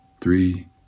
three